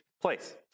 place